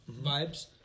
vibes